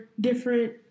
different